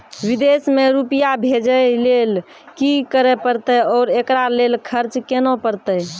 विदेश मे रुपिया भेजैय लेल कि करे परतै और एकरा लेल खर्च केना परतै?